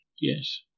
yes